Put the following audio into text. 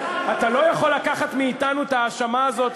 אתה לא יכול לקחת מאתנו את ההאשמה הזאת,